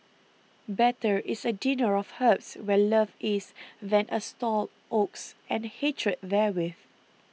better is a dinner of herbs where love is than a stalled ox and hatred therewith